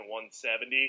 170